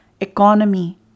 economy